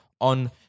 on